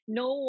no